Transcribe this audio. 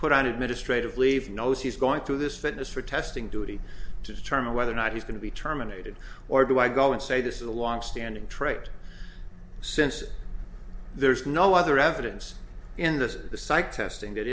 put on administrative leave knows he's going through this fitness for testing duty to determine whether or not he's going to be terminated or do i go and say this is a longstanding trait since there's no other evidence in this at the psych testing that